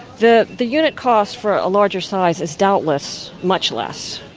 the the unit cost for a larger size is doubtless much less.